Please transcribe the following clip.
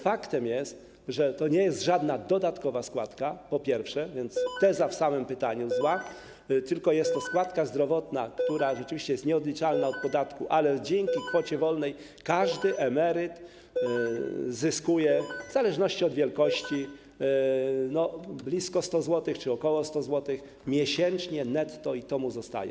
Faktem jest, że to nie jest żadna dodatkowa składka, po pierwsze, więc teza zawarta w samym pytaniu jest zła, błędna, tylko jest to składka zdrowotna, która rzeczywiście jest nieodliczalna od podatku, ale dzięki kwocie wolnej każdy emeryt zyskuje, w zależności od wielkości, blisko 100 zł czy ok. 100 zł miesięcznie netto, i to mu zostaje.